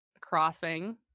Crossing